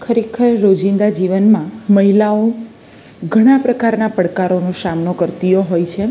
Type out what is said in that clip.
ખરેખર રોજિંદા જીવનમાં મહિલાઓ ઘણા પ્રકારના પડકારોનો સામનો કરતી હોય છે